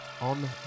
On